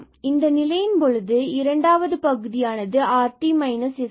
எனவே இந்த நிலையின் பொழுது இரண்டாவது பகுதியானது rt s20 இங்கு இல்லை